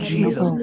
Jesus